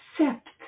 accept